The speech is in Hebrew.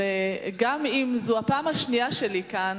וגם אם זו הפעם השנייה שלי כאן,